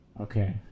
Okay